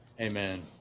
Amen